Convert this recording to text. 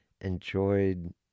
enjoyed